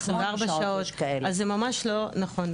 יש --- אז זה ממש לא נכון,